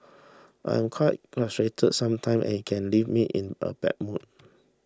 I am quite frustrated sometimes and it can leave me in a bad mood